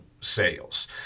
sales